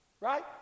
Right